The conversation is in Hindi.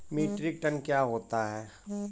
मीट्रिक टन क्या होता है?